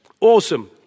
Awesome